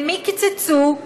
למי קיצצו?